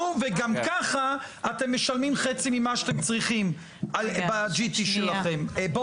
וגם ככה אתם משלמים חצי ממה שאתם צריכים ב-GT שלכם.